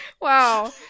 wow